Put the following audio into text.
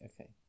Okay